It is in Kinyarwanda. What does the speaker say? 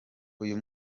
uyu